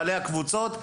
בעלי הקבוצות,